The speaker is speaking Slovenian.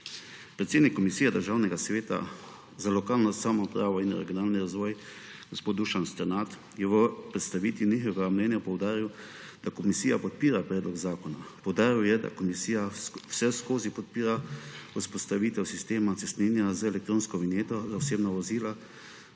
Predsednik Komisije Državnega sveta za lokalno samoupravo in regionalni razvoj gospod Dušan Strnad je v predstavitvi njihovega mnenja poudaril, da komisija podpira predlog zakona. Poudaril je, da komisija vseskozi podpira vzpostavitev sistema cestninjenja z elektronsko vinjeto za osebna vozila,